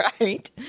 right